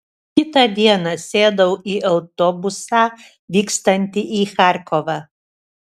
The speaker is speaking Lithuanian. kitą dieną sėdau į autobusą vykstantį į charkovą